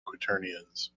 quaternions